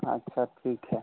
अच्छा ठीक है